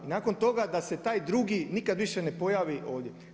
I nakon toga da se taj drugi nikad više ne pojavi ovdje.